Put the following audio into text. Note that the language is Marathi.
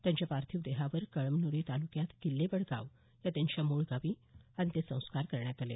त्यांच्या पार्थिव देहावर कळमन्री तालुक्यात किल्लेवडगाव या त्यांच्या मूळ गावी अंत्यसंस्कार करण्यात आले